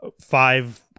five